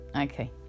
okay